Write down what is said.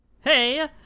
hey